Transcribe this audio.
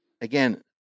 again